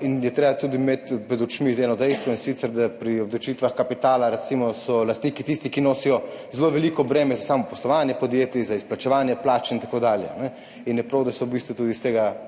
In je treba tudi imeti pred očmi eno dejstvo, da so pri obdavčitvah kapitala lastniki tisti, ki nosijo zelo veliko breme za samo poslovanje podjetij, za izplačevanje plače in tako dalje, in je prav, da so v bistvu tudi iz tega